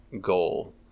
goal